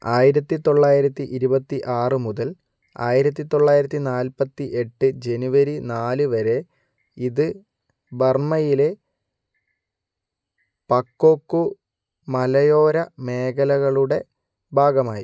ആയിരത്തിത്തൊള്ളായിരത്തി ഇരുപത്തിയാറ് മുതല് ആയിരത്തിത്തൊള്ളായിരത്തി നാൽപ്പത്തി എട്ട് ജനുവരി നാല് വരെ ഇത് ബർമ്മയിലെ പക്കോക്കുമലയോര മേഖലകളുടെ ഭാഗമായി